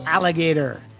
Alligator